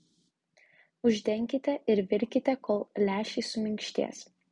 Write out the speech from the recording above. uždenkite ir virkite kol lęšiai suminkštės